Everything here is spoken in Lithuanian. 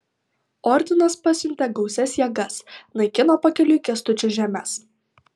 ordinas pasiuntė gausias jėgas naikino pakeliui kęstučio žemes